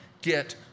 get